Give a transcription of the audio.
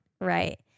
Right